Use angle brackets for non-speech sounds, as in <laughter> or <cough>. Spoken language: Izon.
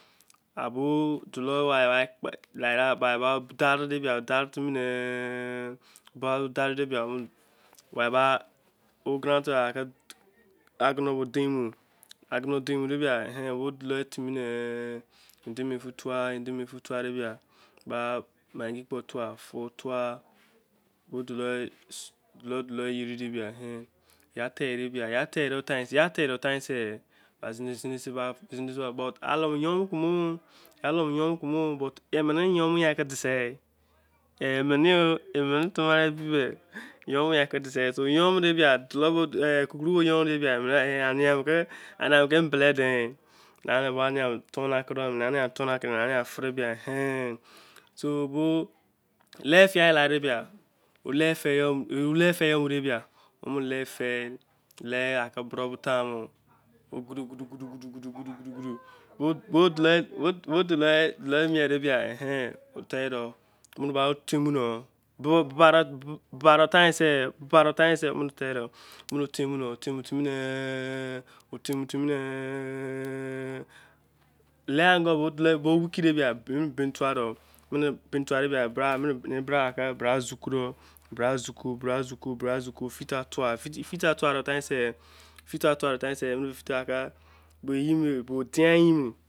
<unintelligible> abo do-wi daritim-ne whi grondnut oil ke dimene doo. timi idemoju thoya. fru ruwa dolo dolo yeri yeri. ya jei de taise emene ye-h ke deise. emene-tamara-ebi. lei fia ke bure taimo. gudu-gudu. tei-de bu ba tain. se timi-ne bini tuwa doh bra zuku. bra zuku filra tuwa. filla towa lei tane sei